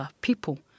people